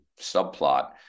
subplot